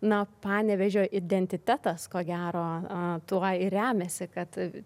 na panevėžio identitetas ko gero tuo ir remiasi kad